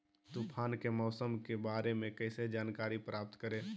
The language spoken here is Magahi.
तूफान के मौसम के बारे में कैसे जानकारी प्राप्त करें?